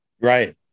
right